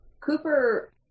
Cooper